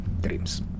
Dreams